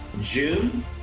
June